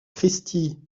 cristi